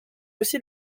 aussi